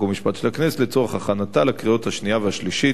חוק ומשפט של הכנסת לצורך הכנתה לקריאות השנייה והשלישית.